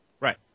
right